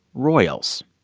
royals.